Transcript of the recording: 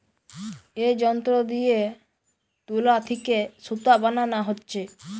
এ যন্ত্র দিয়ে তুলা থিকে সুতা বানানা হচ্ছে